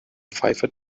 pfeife